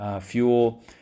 fuel